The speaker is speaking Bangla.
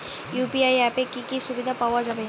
ইউ.পি.আই অ্যাপে কি কি সুবিধা পাওয়া যাবে?